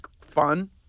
fun